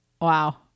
Wow